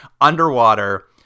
underwater